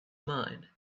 mine